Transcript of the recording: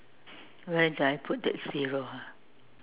where do I put that zero ah